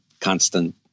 constant